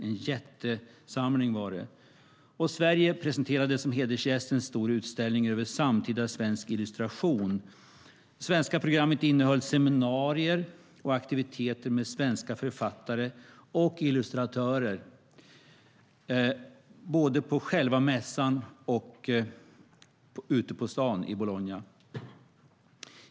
En jättesamling var det. Sverige presenterade som hedersgäst en stor utställning över samtida svensk illustration. Det svenska programmet innehöll seminarier och aktiviteter med svenska författare och illustratörer både på själva mässan och ute på stan i Bologna.